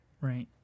Right